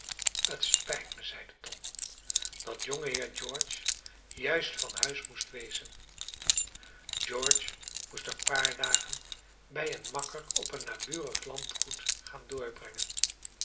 het spijt mij zeide tom dat jongeheer george juist van huis moest wezen george moest een paar dagen bij een makker op een naburig landgoed gaan doorbrengen